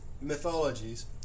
mythologies